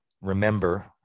remember